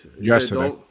yesterday